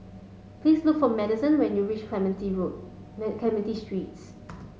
please look for Madison when you reach Clementi Road Clementi Street